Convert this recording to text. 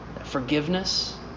forgiveness